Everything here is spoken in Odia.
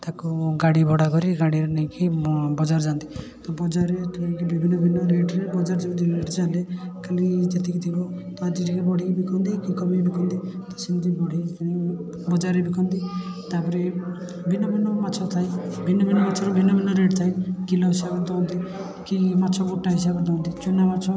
ତାକୁ ଗାଡ଼ି ଭଡ଼ା କରି ଗାଡ଼ିରେ ନେଇକି ବଜାର ଯାଆନ୍ତି ତ ବଜାରରେ ତିନି କି ଦୁଇ କିଲୋ ଖଣ୍ଡେ ରେଟ୍ରେ ବଜାର ଯେଉଁ ରେଟ୍ ଚାଲେ କାଲି ଯେତିକି ଥିବ ତ ଆଜିଯାଏଁ ପଡ଼ିକି ବିକନ୍ତି ଇନକମ୍ ପାଇଁ ବିକନ୍ତି ତ ସେଇ ଯେଉଁ ବଜାରରେ ବିକନ୍ତି ତା'ପରେ ଇଏ ଭିନ୍ନ ଭିନ୍ନ ମାଛ ଥାଏ ଭିନ୍ନ ଭିନ୍ନ ମାଛର ଭିନ୍ନ ଭିନ୍ନ ରେଟ୍ ଥାଏ କିଲୋ ହିସାବରେ ଦଅନ୍ତି କି ମାଛ ଗୋଟା ହିସାବରେ ଦଅନ୍ତି ଚୁନା ମାଛ